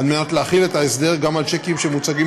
כדי להחיל את ההסדר גם על שיקים שמוצגים